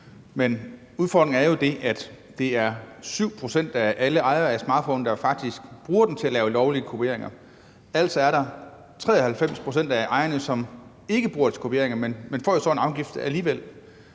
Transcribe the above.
men udfordringen er jo, at det er 7 pct. af alle ejere af en smartphone, der faktisk bruger den til at lave lovlige kopieringer. Altså er det 93 pct. af ejerne, som ikke bruger den til kopieringer, men som så får en afgift alligevel.